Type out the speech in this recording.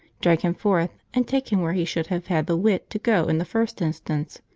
drag him forth and take him where he should have had the wit to go in the first instance.